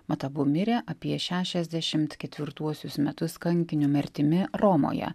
mat abu mirė apie šešiasdešimt ketvirtuosius metus kankinio mirtimi romoje